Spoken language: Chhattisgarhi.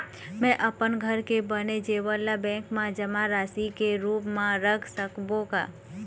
म अपन घर के बने जेवर ला बैंक म जमा राशि के रूप म रख सकबो का?